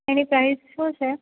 તેની સાઇઝ શું છે